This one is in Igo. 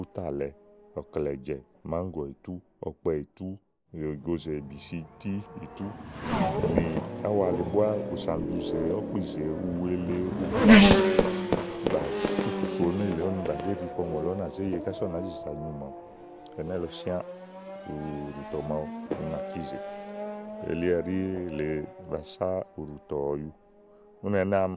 útàlɛ ɔkpɛìtú, ɔklɛ̀jɛ, màáŋgɔ̀ìtú, ìgozè bìsìtí ìtú nì áwa le búá bùsànduzè, ɔ̀kpìzè, uwele, ufã, bàá tutú so nélèe úni bà zé ɖi kɔùŋò lɔ ú nàzé yè, kása ú nàá zi zàa nyu màawu ɛnɛ́lɔ síã ùɖùtɔ màawu, ú nàcízèe elí ɛɖí èle ba sá ùɖùtɔ ɔ̀yu. úni ɛnɛ́ àámi